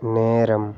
நேரம்